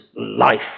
life